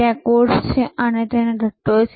ત્યાં કોર્સ છે અને દટ્ટો છે